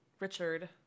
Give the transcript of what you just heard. Richard